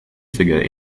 figure